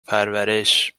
پرورش